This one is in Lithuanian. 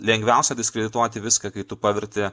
lengviausia diskredituoti viską kai tu paverti